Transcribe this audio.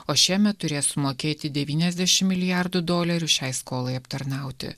o šiemet turės sumokėti devyniasdešimt milijardų dolerių šiai skolai aptarnauti